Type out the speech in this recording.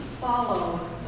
follow